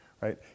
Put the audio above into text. right